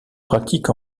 pratique